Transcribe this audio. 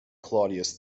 claudius